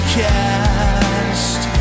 cast